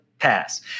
pass